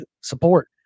support